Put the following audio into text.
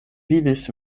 vidis